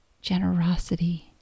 generosity